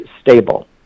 stable